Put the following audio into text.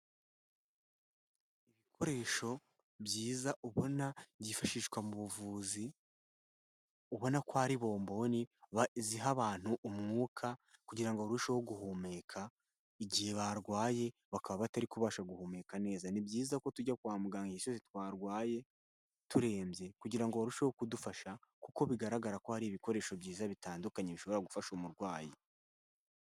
Ibikoresho byiza ubona byifashishwa mu buvuzi, ubona ko ari bomboni ziha abantu umwuka kugira ngo barusheho guhumeka igihe barwaye bakaba batari kubasha guhumeka neza, ni byiza ko tujya kwa muganga igihe cyose twarwaye, turembye kugira ngo barusheho kudufasha kuko bigaragara ko hari ibikoresho byiza bitandukanye bishobora gufasha umurwayi.